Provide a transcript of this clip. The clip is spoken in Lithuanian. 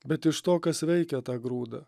bet iš to kas veikia tą grūdą